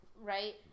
right